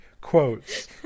quotes